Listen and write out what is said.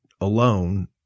alone